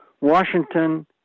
Washington